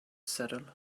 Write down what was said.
settled